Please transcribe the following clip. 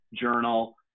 journal